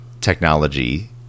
technology